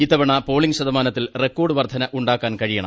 ഇത്തവണ പോളിംഗ് ശതമാനത്തിൽ റെക്കോർഡ് വർദ്ധന ഉണ്ടാക്കാൻ കഴിയണം